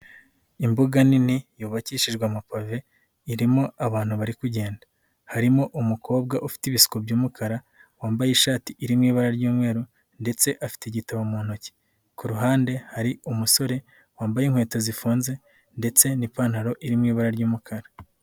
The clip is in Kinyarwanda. Imbuga nini yubakishijwe amapave, irimo abantu bari kugenda, harimo umukobwa ufite ibiseko by'umukara wambaye ishati iri mu ibara ry'umweru ndetse afite igito mu ntoki, ku ruhande hari umusore wambaye inkweto zifunze ndetse n'ipantaro iri mu ibara ry'umukara.